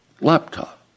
laptop